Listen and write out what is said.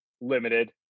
limited